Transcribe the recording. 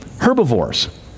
Herbivores